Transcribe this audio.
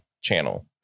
Channel